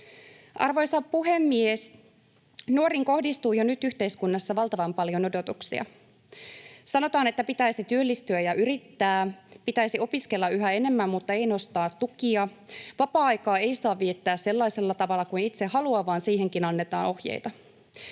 Arvoisa puhemies! Nuoriin kohdistuu jo nyt yhteiskunnassa valtavan paljon odotuksia. Sanotaan, että pitäisi työllistyä ja yrittää, pitäisi opiskella yhä enemmän mutta ei nostaa tukia, vapaa-aikaa ei saa viettää sellaisella tavalla kuin itse haluaa, vaan siihenkin annetaan ohjeita.